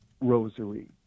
rosary